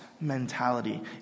mentality